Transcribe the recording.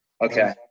Okay